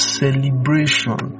celebration